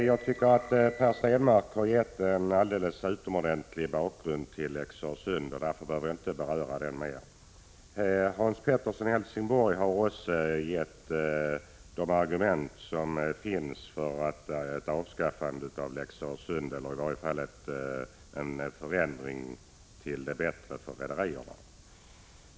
Herr talman! Per Stenmarck har på ett utomordentligt sätt tecknat bakgrunden till Lex Öresund, varför jag inte behöver beröra den. Hans Pettersson i Helsingborg har också anfört de argument som finns för ett avskaffande av Lex Öresund eller i varje fall en förändring till det bättre för rederierna.